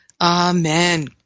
Amen